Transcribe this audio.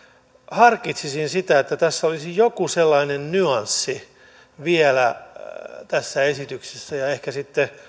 harkitsisin sitä että olisi vielä joku sellainen nyanssi tässä esityksessä ja ja ehkä sitten